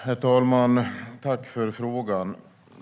Herr talman! Tack för frågan!